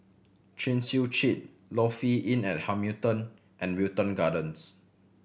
Chin Chew Street Lofi Inn at Hamilton and Wilton Gardens